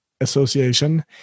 Association